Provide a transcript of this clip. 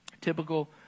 typical